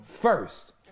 First